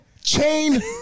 Chain